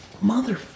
Mother